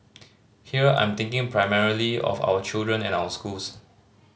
here I'm thinking primarily of our children and our schools